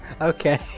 Okay